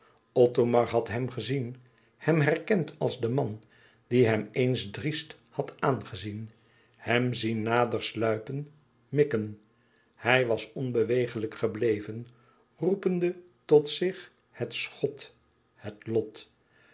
othomar had hem gezien hem herkend als de man die hem eens driest had aangezien hem zien nader sluipen mikken hij was onbewegelijk gebleven roepende tot zich het schot het lot